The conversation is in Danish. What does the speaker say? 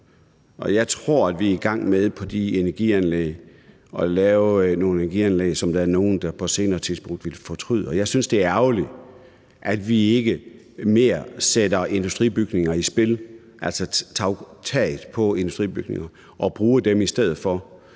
de energianlæg at lave nogle energianlæg, som der er nogen der på et senere tidspunkt vil fortryde. Og jeg synes, det er ærgerligt, at vi ikke sætter industribygninger mere i spil, altså tage på industribygninger, og bruger dem i stedet for.